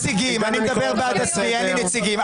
משום שאני רואה את ההתקפות שאתה מתקיף את היועץ המשפטי לוועדה,